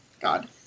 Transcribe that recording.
God